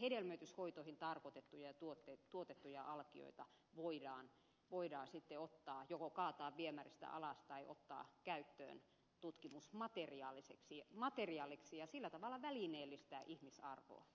hedelmöityshoitoihin tarkoitettuja ja tuotettuja alkioita voidaan sitten joko kaataa viemäristä alas tai ottaa käyttöön tutkimusmateriaaliksi ja sillä tavalla välineellistää ihmisarvoa